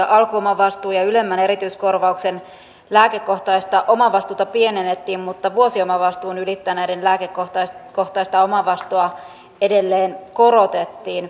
alkuomavastuuta ja ylemmän erityiskorvauksen lääkekohtaista omavastuuta pienennettiin mutta vuosiomavastuun ylittäneiden lääkekohtaista omavastuuta edelleen korotettiin